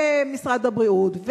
ומשרד הבריאות,